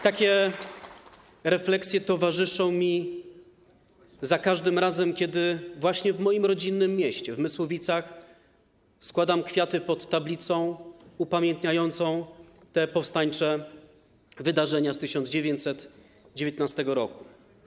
Takie refleksje towarzyszą mi za każdym razem, kiedy w moim rodzinnym mieście, w Mysłowicach, składam kwiaty pod tablicą upamiętniającą te powstańcze wydarzenia z 1919 r.